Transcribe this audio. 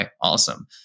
awesome